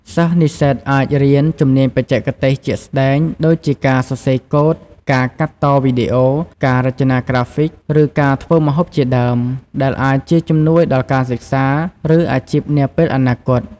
សិស្សនិស្សិតអាចរៀន ជំនាញបច្ចេកទេស ជាក់ស្តែង ដូចជាការសរសេរកូដ ការកាត់តវីដេអូ ការរចនាក្រាហ្វិក ឬការធ្វើម្ហូបជាដើម ដែលអាចជាជំនួយដល់ការសិក្សា ឬអាជីពនាពេលអនាគត។